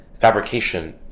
fabrication